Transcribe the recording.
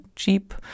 cheap